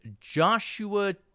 Joshua